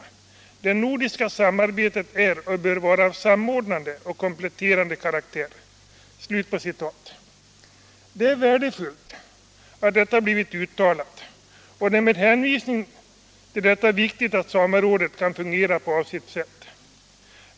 Det nordiska samarbetet är och bör vara av samordnande och kompletterande karaktär.” Det är värdefullt att detta blivit uttalat. Och det är med hänvisning till detta viktigt att samerådet kan fungera på avsett sätt.